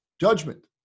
judgment